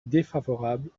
défavorable